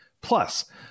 Plus